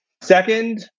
Second